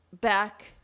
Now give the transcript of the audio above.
back